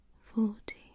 forty